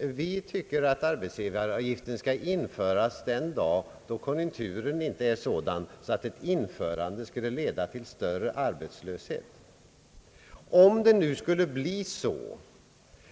Vi tycker, herr Sträng, att arbetsgivaravgiften skall införas den dag då konjunkturen inte är sådan, att ett införande skulle leda till större arbetslöshet. Om det nu skulle bli så